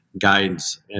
guidance